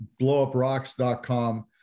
blowuprocks.com